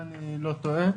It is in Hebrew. אם אני לא טועה,